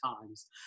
times